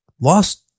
lost